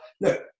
Look